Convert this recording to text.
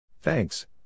Thanks